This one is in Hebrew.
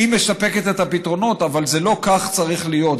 היא מספקת את הפתרונות, אבל לא כך זה צריך להיות.